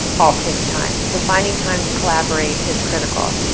all takes time. so finding time to collaborate is critical.